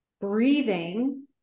breathing